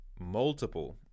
multiple